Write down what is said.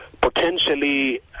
potentially